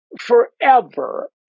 forever